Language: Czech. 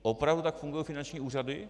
Opravdu tak fungují finanční úřady?